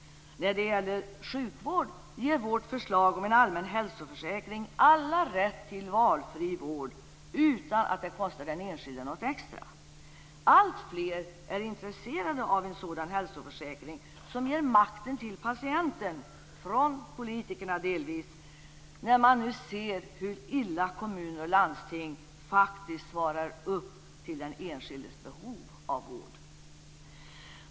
När det gäller sjukvård ger vårt förslag om en allmän hälsoförsäkring alla rätt till valfri vård utan att det kostar den enskilde något extra. Alltfler är intresserade av en sådan hälsoförsäkring som ger makten till patienten - och delvis tar den från politikerna - när de nu ser hur illa kommuner och landsting faktiskt svarar mot den enskildes behov av vård.